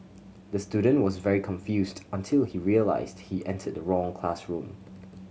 the student was very confused until he realised he entered the wrong classroom